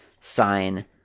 sign